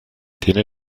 tiene